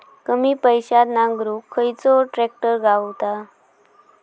कमी पैशात नांगरुक खयचो ट्रॅक्टर गावात?